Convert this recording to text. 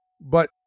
but-